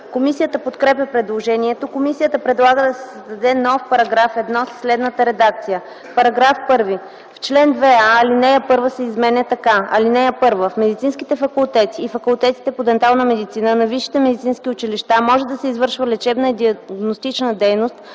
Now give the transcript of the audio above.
Комисията подкрепя предложението. Комисията предлага да се създаде нов § 1 със следната редакция: „§ 1. В чл. 2а, ал. 1 се изменя така: „(1) В медицинските факултети и факултетите по дентална медицина на висшите медицински училища може да се извършва лечебна и диагностична дейност